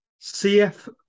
CF